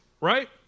right